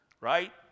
right